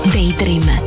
Daydream